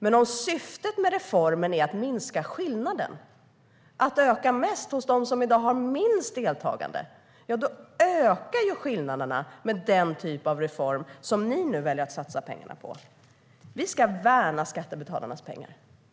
Men om syftet med reformen är att minska skillnaden och att det ökar mest hos dem som i dag har minst deltagande ökar skillnaderna med den typ av reform som ni nu väljer att satsa pengarna på. Vi ska värna skattebetalarnas pengar.